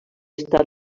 estat